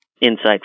insight